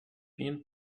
been